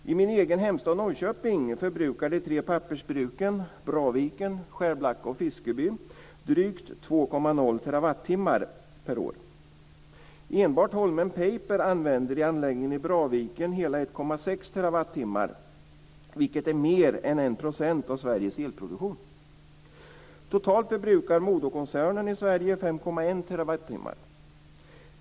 I min egen hemstad Norrköping förbrukar de tre pappersbruken - Braviken, Skärblacka och Fiskeby - drygt 2,0 TWh/år. Enbart Holmen Paper använder i anläggningen i Braviken hela 1,6 TWh, vilket är mer än 1 % av Sveriges elproduktion. Totalt förbrukar Modokoncernen i Sverige 5,1 TWh.